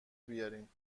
بیارین